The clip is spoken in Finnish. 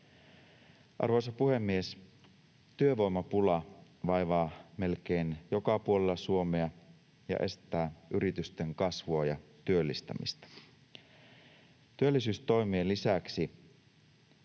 Arvoisa puhemies! Työvoimapula vaivaa melkein joka puolella Suomea ja estää yritysten kasvua ja työllistämistä. Työllisyystoimien lisäksi